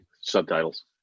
subtitles